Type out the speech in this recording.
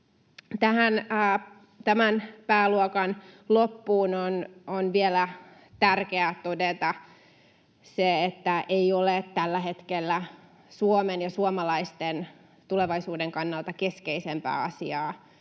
Tämän pääluokan loppuun on vielä tärkeää todeta se, että ei ole tällä hetkellä Suomen ja suomalaisten tulevaisuuden kannalta keskeisempää asiaa